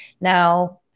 now